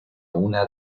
una